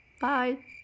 Bye